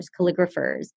calligraphers